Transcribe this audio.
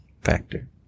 factor